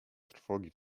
trwogi